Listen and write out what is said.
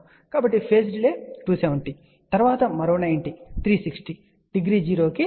కాబట్టి phase delay 270 తరువాత మరో 90 360 డిగ్రీ 0 కి సమానం మరియు తరువాత 90 డిగ్రీలు